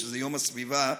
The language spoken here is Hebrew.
יום הסביבה,